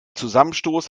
zusammenstoß